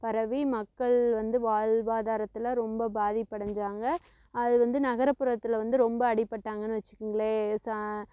பரவி மக்கள் வந்து வாழ்வாதாரத்தில் ரொம்ப பாதிப்படைஞ்சாங்க அது வந்து நகரப்புறத்தில் வந்து ரொம்ப அடி பட்டாங்கன்னு வச்சுக்குங்களேன் ச